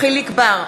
יחיאל חיליק בר,